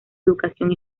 educación